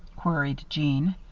queried jeanne.